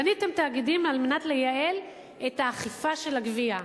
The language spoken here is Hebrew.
בניתם תאגידים כדי לייעל את האכיפה של הגבייה.